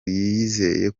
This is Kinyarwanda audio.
yizeye